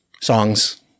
Songs